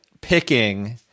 picking